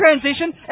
transition